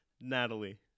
Natalie